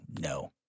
No